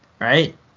Right